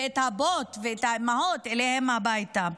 הבנות והאימהות אליהם הביתה.